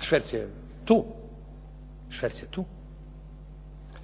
šverc je tu. čak i kada ga ne